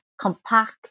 compact